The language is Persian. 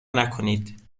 نکنید